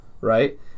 Right